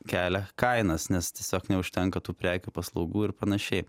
kelia kainas nes tiesiog neužtenka tų prekių paslaugų ir panašiai